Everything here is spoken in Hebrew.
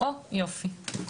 יופי.